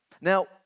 Now